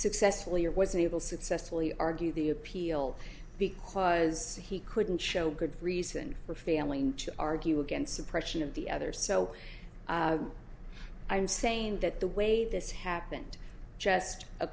successfully or wasn't able successfully argue the appeal because he couldn't show good reason for failing to argue against suppression of the other so i'm saying that the way this happened just a